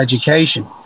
education